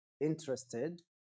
interested